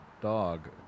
dog